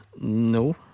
No